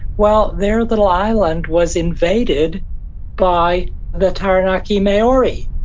well, their little island was invaded by the taranaki maori,